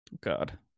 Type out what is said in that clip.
God